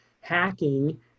hacking